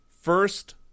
First